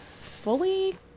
fully